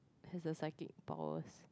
has the psychic powers